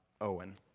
Owen